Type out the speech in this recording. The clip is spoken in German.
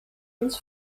uns